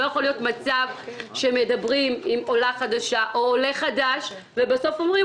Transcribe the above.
לא יכול להיות שמדברים עם עולים חדשים ובסוף אומרים: